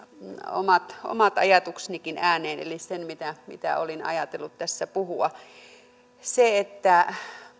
omatkin ajatukseni ääneen eli sen mitä mitä olin ajatellut tässä puhua